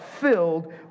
filled